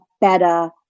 better